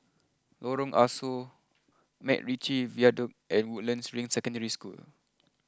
Lorong Ah Soo MacRitchie Viaduct and Woodlands Ring Secondary School